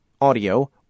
audio